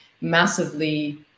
massively